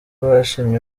bashimye